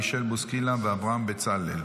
מישל בוסקילה ואברהם בצלאל.